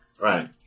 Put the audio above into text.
right